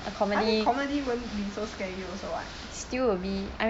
!huh! then comedy won't be so scary also [what]